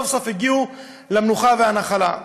סוף-סוף הגיעו למנוחה ולנחלה.